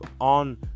on